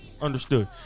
understood